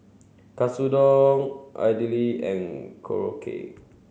Katsudon Idili and Korokke